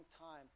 time